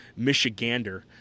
Michigander